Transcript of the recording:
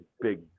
big